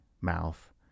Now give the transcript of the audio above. mouth